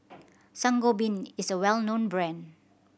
Sangobion is a well known brand